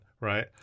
right